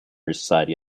missionary